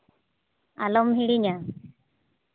ᱟᱞᱚᱢ ᱦᱤᱲᱤᱧᱟ